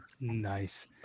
Nice